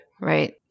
Right